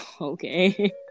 okay